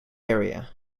area